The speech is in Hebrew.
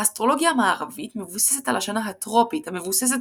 האסטרולוגיה המערבית מבוססת על השנה הטרופית המבוססת